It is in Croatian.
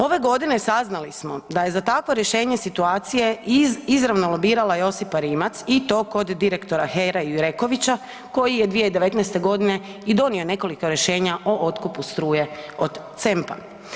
Ove godine saznali smo da je za takvo rješenje situacije izravno lobirala Josipa Rimac i to kod direktora HERA Jurekovića koji je 2019. godine i donio nekoliko rješenja o otkupu struje od CEMPA.